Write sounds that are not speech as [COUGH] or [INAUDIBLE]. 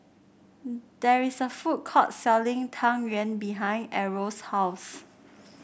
[NOISE] there is a food court selling Tang Yuen behind Errol's house